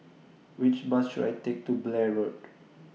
Which Bus should I Take to Blair Road